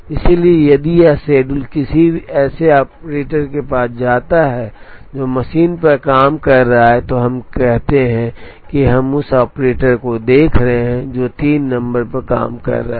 इसलिए यदि यह शेड्यूल किसी ऐसे ऑपरेटर के पास जाता है जो मशीन पर काम कर रहा है तो हम कहें कि हम उस ऑपरेटर को देख रहे हैं जो 3 नंबर पर काम कर रहा है